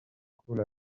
coule